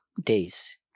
days